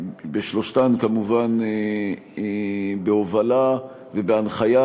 בשלושתן, כמובן, בהובלה ובהנחיה